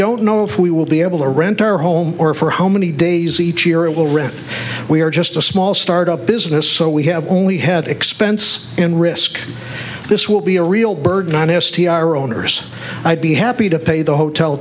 don't know if we will be able to rent our home or for how many days each year it will rent we are just a small start up business so we have only had expense and risk this will be a real burden on s t r owners i'd be happy to pay the hotel